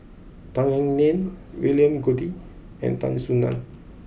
Tan Eng Liang William Goode and Tan Soo Nan